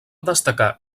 destacar